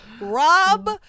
Rob